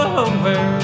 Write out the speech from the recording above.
over